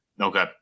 Okay